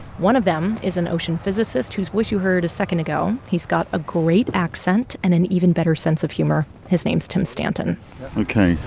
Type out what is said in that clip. one of them is an ocean physicist whose voice you heard a second ago. ago. he's got a great accent and an even better sense of humor. his name's tim stanton ok.